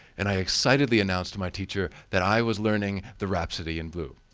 and i excitedly announced to my teacher that i was learning the rhapsody in blue.